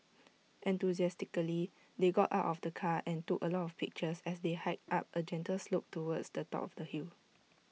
enthusiastically they got out of the car and took A lot of pictures as they hiked up A gentle slope towards the top of the hill